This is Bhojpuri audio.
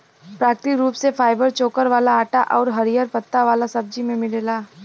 प्राकृतिक रूप से फाइबर चोकर वाला आटा आउर हरिहर पत्ता वाला सब्जी में मिलेला